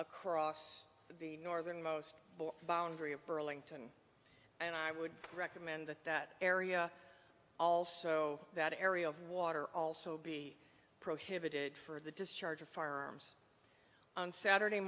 across the northernmost boundary of burlington and i would recommend that that area also that area of water also be prohibited for the discharge of firearms on saturday